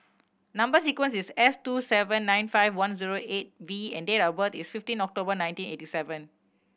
number sequence is S two seven nine five one zero eight V and date of birth is fifteen October nineteen eighty seven